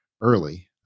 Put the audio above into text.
early